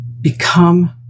become